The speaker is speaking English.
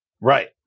Right